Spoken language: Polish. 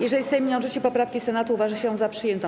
Jeżeli Sejm nie odrzuci poprawki Senatu, uważa się ją za przyjętą.